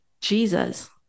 jesus